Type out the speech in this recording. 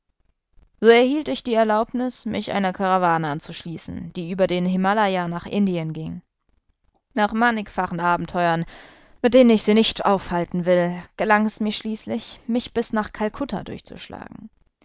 erhielt ich die erlaubnis mich einer karawane anzuschließen die über den himalaja nach indien ging nach mannigfachen abenteuern mit denen ich sie nicht aufhalten will gelang es mir schließlich mich bis nach kalkutta durchzuschlagen